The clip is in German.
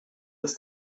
ist